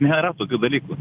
nėra tokių dalykų